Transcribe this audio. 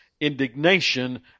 indignation